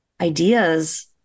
ideas